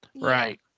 Right